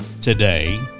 today